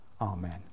Amen